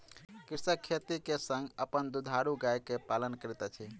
कृषक खेती के संग अपन दुधारू गाय के पालन करैत अछि